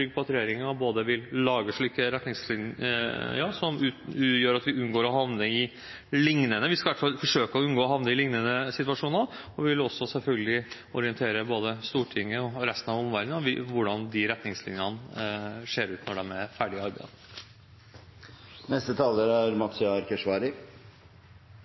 trygg på at regjeringen vil lage retningslinjer som gjør at vi unngår å havne i lignende situasjoner – vi skal i hvert fall forsøke å unngå det – og selvfølgelig vil orientere både Stortinget og resten av omverdenen om hvordan retningslinjene ser ut når de er ferdig utarbeidet. Fremskrittspartiet mener det er viktig og nødvendig å ivareta sikkerheten til mennesker som har bidratt til at de norske styrkene i